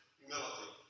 humility